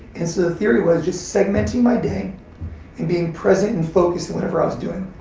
and, so the theory was just segmenting my day and being present and focused in whatever i was doing.